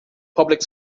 public